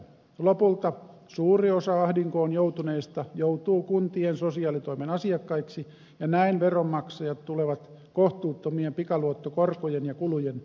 lopulta suuri osa ahdinkoon joutuneista joutuu kun tien sosiaalitoimen asiakkaiksi ja näin veronmaksajat tulevat kohtuuttomien pikaluottokorkojen ja kulujen maksajiksi